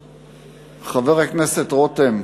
הסכמים, חבר הכנסת רותם,